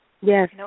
Yes